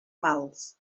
mals